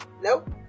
nope